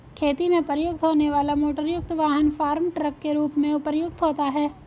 खेती में प्रयुक्त होने वाला मोटरयुक्त वाहन फार्म ट्रक के रूप में प्रयुक्त होता है